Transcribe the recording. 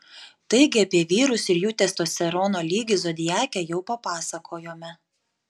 taigi apie vyrus ir jų testosterono lygį zodiake jau papasakojome